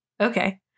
okay